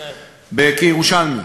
כירושלמי.